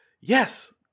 yes